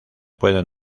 pueden